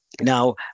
Now